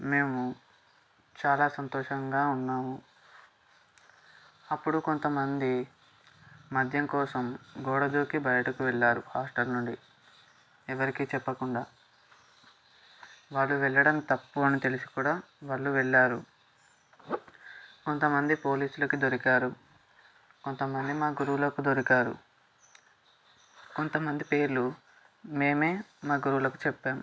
మేము చాలా సంతోషంగా ఉన్నాము అప్పుడు కొంత మంది మద్యం కోసం గోడ దూకి బయటకు వెళ్ళారు హాస్టల్ నుండి ఎవరికీ చెప్పకుండా వాళ్ళు వెళ్ళడం తప్పు అని తెలిసి కూడా వాళ్ళు వెళ్ళారు కొంత మంది పోలీసులకు దొరికారు కొంత మంది మా గురువులకు దొరికారు కొంత మంది పేర్లు మేమే మా గురువులకు చెప్పాము